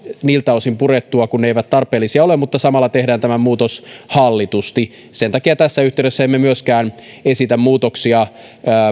niiltä osin purettua kuin ne eivät tarpeellisia ole mutta samalla tehdään tämä muutos hallitusti sen takia tässä yhteydessä emme myöskään esitä muutoksia